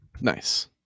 Nice